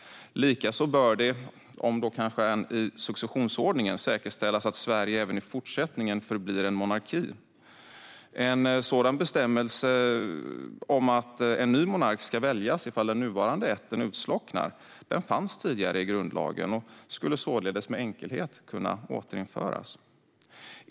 Likaså bör det, om då än i successionsordningen, säkerställas att Sverige även i fortsättningen förblir en monarki. En sådan bestämmelse om att en ny monark ska väljas ifall den nuvarande ätten utslocknar fanns tidigare i grundlagen och skulle således med enkelhet kunna återinföras.